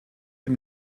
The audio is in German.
dem